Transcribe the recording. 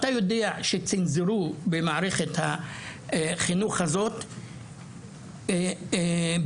אתה יודע שצנזרו במערכת החינוך הזאת ביטויים